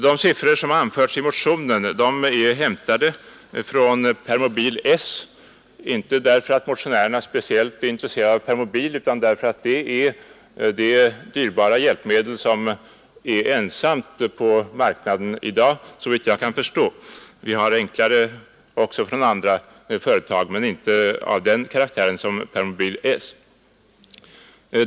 De siffror som anförts i motionen gäller Permobil S, inte därför att motionärerna är speciellt intresserade av Permobil utan därför att den är den enda särskilt dyrbara rullstolen för gravt handikappade som finns på marknaden i dag såvitt jag kan förstå. Enklare hjälpmedel finns också från andra företag men alltså inte av samma karaktär som Permobil S.